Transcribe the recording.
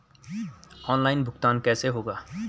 Online भुगतान कैसे होगा?